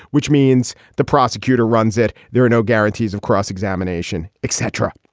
which means the prosecutor runs it. there are no guarantees of cross-examination, etc.